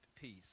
peace